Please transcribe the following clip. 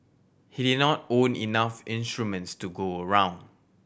he did not own enough instruments to go around